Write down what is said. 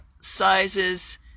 sizes